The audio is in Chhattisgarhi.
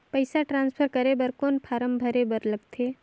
पईसा ट्रांसफर करे बर कौन फारम भरे बर लगथे?